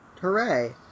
Hooray